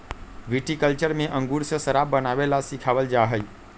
viticulture में अंगूर से शराब बनावे ला सिखावल जाहई